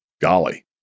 Golly